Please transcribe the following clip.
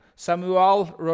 Samuel